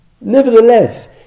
nevertheless